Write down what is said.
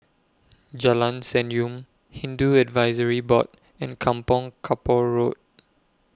Jalan Senyum Hindu Advisory Board and Kampong Kapor Road